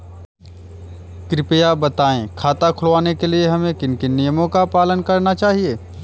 कृपया बताएँ खाता खुलवाने के लिए हमें किन किन नियमों का पालन करना चाहिए?